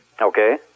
Okay